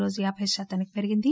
రోజు యాబై శాతానికి పెరిగింది